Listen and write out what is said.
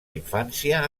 infància